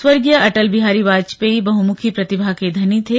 स्वर्गीय अटल बिहारी वाजपेयी बहुमुखी प्रतिभा के धनी थे